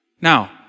Now